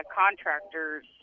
contractors